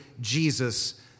Jesus